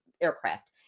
aircraft